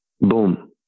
Boom